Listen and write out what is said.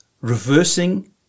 reversing